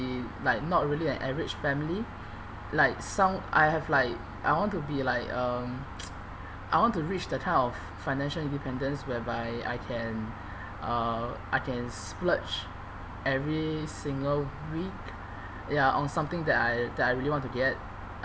be like not really like average family like some I have like I want to be like um I want to reach that kind of financial independence whereby I can uh I can splurge every single week ya on something that I that I really want to get